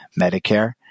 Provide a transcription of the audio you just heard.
Medicare